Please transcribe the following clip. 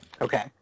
Okay